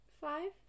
Five